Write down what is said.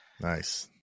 nice